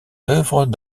œuvres